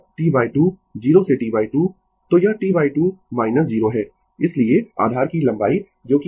तो यह औसत हीटिंग इफेक्ट है इसके समानुपाती है ठीक है और इसीलिए I 2 हम इस तरह लिखते है i1 2 I2 2 in 2n और इसीलिए I 2 i1 2 I2 2 से लेकर in 2n के बराबर है ठीक है